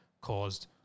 caused